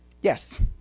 Yes